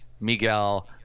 Miguel